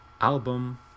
album